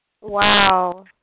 Wow